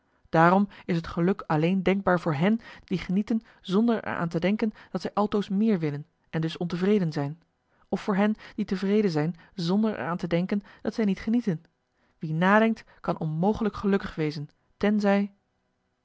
daarom is het geluk alleen denkbaar voor hen die genieten zonder er aan te denken dat zij altoos meer willen en dus ontevreden zijn of voor hen die tevreden zijn zonder er aan te denken dat zij niet marcellus emants een nagelaten bekentenis genieten wie nadenkt kan onmogelijk gelukkig wezen tenzij